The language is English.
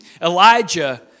Elijah